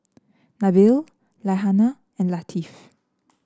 Nabil Raihana and Latif